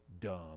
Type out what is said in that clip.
dumb